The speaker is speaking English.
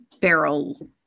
barrel